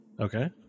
Okay